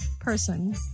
person